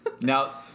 Now